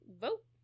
vote